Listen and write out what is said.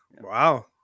Wow